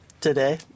today